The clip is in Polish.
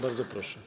Bardzo proszę.